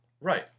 Right